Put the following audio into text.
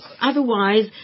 Otherwise